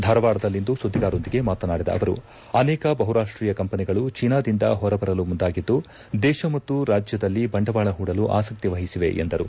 ಧಾರವಾಡದಲ್ಲಿಂದು ಸುದ್ದಿಗಾರರೊಂದಿಗೆ ಮಾತನಾಡಿದ ಅವರು ಅನೇಕ ಬಹುರಾಷ್ಷೀಯ ಕಂಪೆನಿಗಳು ಚೀನಾದಿಂದ ಹೊರಬರಲು ಮುಂದಾಗಿದ್ದು ದೇಶ ಮತ್ತು ರಾಜ್ಯದಲ್ಲಿ ಬಂಡವಾಳ ಹೂಡಲು ಆಸಕ್ತಿ ವಹಿಸಿವೆ ಎಂದರು